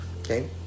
okay